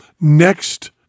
next